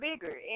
bigger